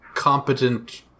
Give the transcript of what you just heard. competent